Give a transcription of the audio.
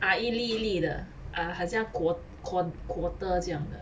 ah 一粒一粒的 uh 很像 quo~ quo~ quarter 这样的